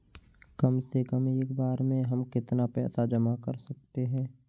कम से कम एक बार में हम कितना पैसा जमा कर सकते हैं?